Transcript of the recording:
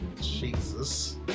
Jesus